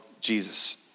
Jesus